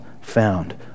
found